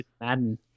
Madden